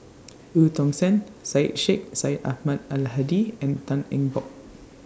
EU Tong Sen Syed Sheikh Syed Ahmad Al Hadi and Tan Eng Bock